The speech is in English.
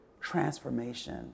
transformation